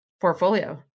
portfolio